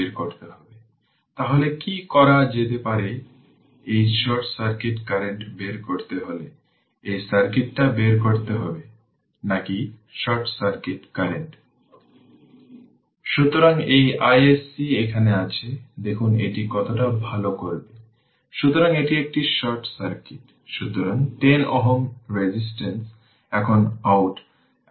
basic উদ্দেশ্য হল circuit response প্রাপ্ত করা যা হবে ন্যাচারাল রেসপন্স কারণ এটি একটি সোর্স ফ্রি সার্কিট যা ইন্ডাক্টরের মাধ্যমে কারেন্ট i t বলে ধরে নেবে